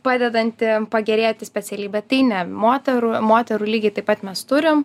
padedanti pagerėti specialybė tai ne moterų moterų lygiai taip pat mes turim